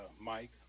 Mike